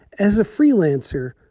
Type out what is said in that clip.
as a freelancer,